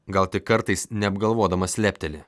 gal tik kartais neapgalvodamas lepteli